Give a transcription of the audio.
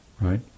Right